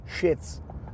shits